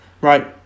Right